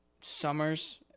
summers